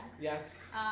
Yes